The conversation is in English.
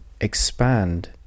expand